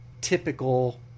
typical